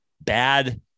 bad